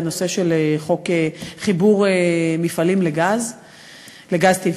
לנושא של חוק חיבור מפעלים לגז טבעי.